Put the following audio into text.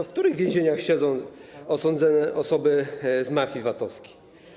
W których więzieniach siedzą osądzone osoby z mafii VAT-owskiej?